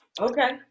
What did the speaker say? Okay